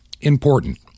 important